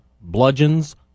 bludgeons